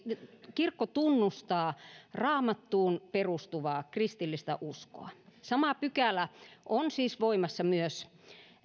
kirkko tunnustaa raamattuun perustuvaa kristillistä uskoa sama pykälä on siis voimassa myös